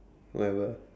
whatever